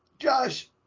Josh